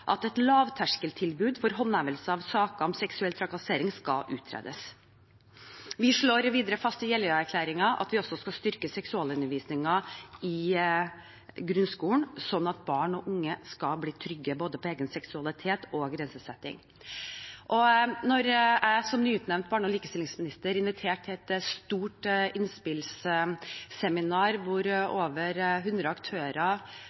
at et lavterskeltilbud for håndhevelse av saker om seksuell trakassering skal utredes. Vi slår videre fast i Jeløya-erklæringen at vi også skal styrke seksualundervisningen i grunnskolen, slik at barn og unge skal bli trygge både på egen seksualitet og på grensesetting. Da jeg som nyutnevnt barne- og likestillingsminister inviterte til et stort innspillsseminar hvor over 100 aktører